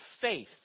faith